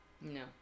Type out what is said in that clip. No